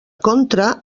contra